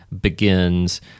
begins